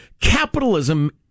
Capitalism